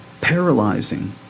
paralyzing